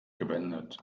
gewendet